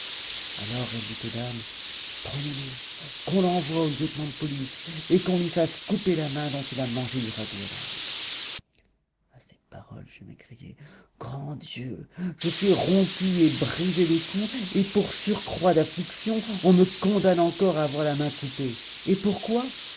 alors elle dit aux dames prenez-le qu'on l'envoie au lieutenant de police et qu'on lui fasse couper la main dont il a mangé du ragoût à l'ail à ces paroles je m'écriai grand dieu je suis rompu et brisé de coups et pour surcroît d'affliction on me condamne encore à avoir la main coupée et pourquoi